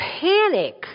panic